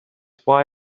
why